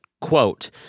quote